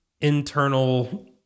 internal